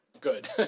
good